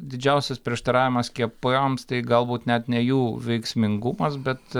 didžiausias prieštaravimas skiepams tai galbūt net ne jų veiksmingumas bet